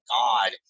God